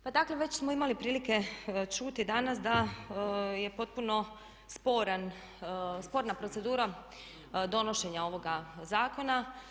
Pa dakle već smo imali prilike čuti danas da je potpuno sporan, sporna procedura donošenja ovoga zakona.